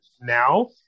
now